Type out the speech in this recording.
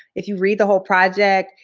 if you read the whole project,